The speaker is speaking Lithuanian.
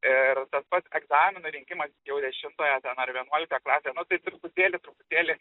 ir tas pats egzaminų rinkimas jau dešimtoje ar vienuoliktoje klasėje nu tai truputėlį truputėlį